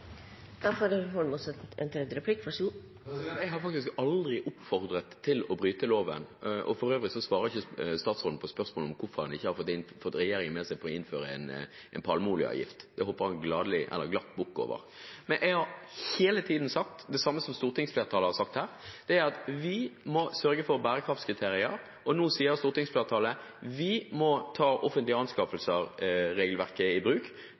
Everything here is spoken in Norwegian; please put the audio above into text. Jeg har aldri oppfordret til å bryte loven. For øvrig svarte ikke statsråden på spørsmålet om hvorfor han ikke har fått regjeringen med seg på å innføre en palmeoljeavgift. Det hoppet han glatt bukk over. Jeg har hele tiden sagt det samme som stortingsflertallet i denne saken, at vi må sørge for bærekraftskriterier. Nå sier stortingsflertallet: Vi må ta regelverket for offentlige anskaffelser i bruk